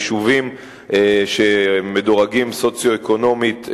ליישובים המדורגים נמוך יותר מבחינה סוציו-אקונומית,